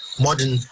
modern